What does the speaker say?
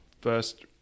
first